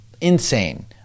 insane